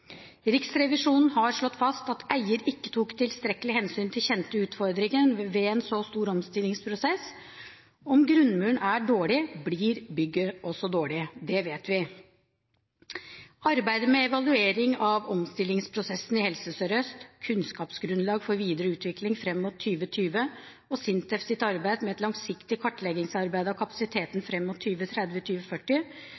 Riksrevisjonen har slått fast at eier ikke tok tilstrekkelig hensyn til kjente utfordringer ved en så stor omstillingsprosess. Om grunnmuren er dårlig, blir bygget også dårlig. Det vet vi. Med arbeidet «Evaluering av omstillingsprosessen i Helse Sør-Øst. Kunnskapsgrunnlag for videre utvikling frem mot 2020» og SINTEFs arbeid med et langsiktig kartleggingsarbeid av kapasiteten